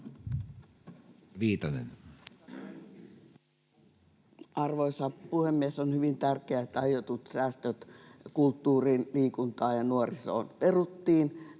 Arvoisa puhemies! On hyvin tärkeää, että aiotut säästöt kulttuuriin, liikuntaan ja nuorisoon peruttiin.